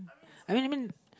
I mean I mean